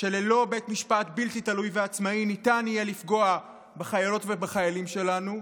שללא בית משפט בלתי תלוי ועצמאי ניתן יהיה לפגוע בחיילות ובחיילים שלנו,